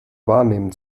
wahrnehmen